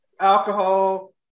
alcohol